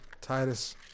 Titus